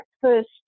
first